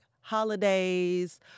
holidays